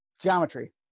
Geometry